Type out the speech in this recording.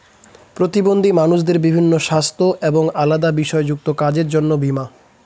প্রতিবন্ধী মানুষদের বিভিন্ন সাস্থ্য এবং আলাদা বিষয় যুক্ত কাজের জন্য বীমা